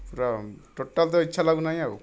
ପୁରା ଟୋଟାଲ ତ ଇଚ୍ଛା ଲାଗୁ ନାହିଁ ଆଉ